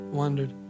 wondered